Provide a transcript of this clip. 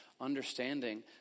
understanding